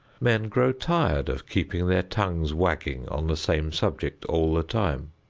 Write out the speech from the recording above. men grow tired of keeping their tongues wagging on the same subject all the time.